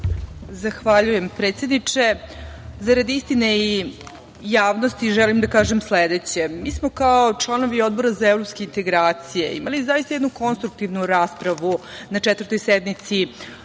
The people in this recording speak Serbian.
Zahvaljujem, predsedniče. Zarad istine i javnosti, želim da kažem sledeće. Mi smo kao članovi Odbora za evropske integracije imali zaista jednu konstruktivnu raspravu na 4. sednici